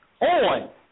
on